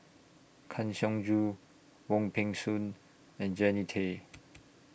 Kang Siong Joo Wong Peng Soon and Jannie Tay